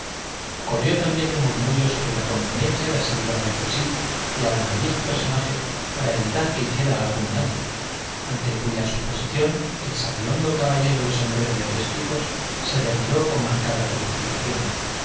corrió también un murmullo sobre la conveniencia de asegurar el fusil y aun al viejo personaje para evitar que hiciera algún daño ante cuya suposición el sabihondo caballero del sombrero de tres picos se retiró con marcada precipitación